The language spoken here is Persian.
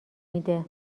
میده